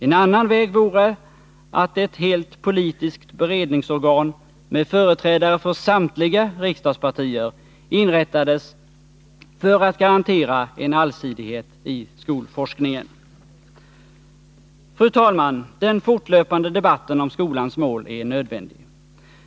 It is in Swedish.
En annan väg vore att ett helt politiskt beredningsorgan med företrädare för samtliga riksdagspartier inrättades för att garantera en allsidighet i skolforskningen. Fru talman! Den fortlöpande debatten om skolans mål är nödvändig.